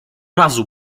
razu